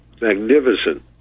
magnificent